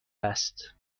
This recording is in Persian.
است